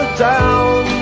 down